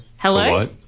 Hello